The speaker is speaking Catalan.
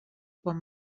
quan